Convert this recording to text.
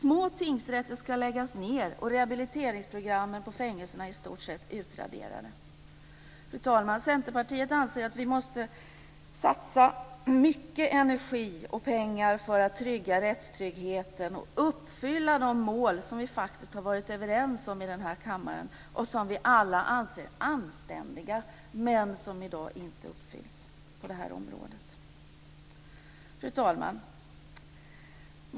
Små tingsrätter ska läggas ned och rehabiliteringsprogrammen på fängelserna är i stort sett utraderade. Centerpartiet anser att mycket energi och pengar måste satsas på att trygga rättstryggheten och uppfylla de mål som vi i denna kammare faktiskt varit överens om och som vi alla anser anständiga men som i dag inte uppfylls på det här området. Fru talman!